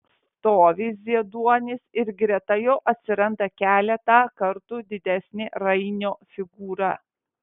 stovi zieduonis ir greta jo atsiranda keletą kartų didesnė rainio figūra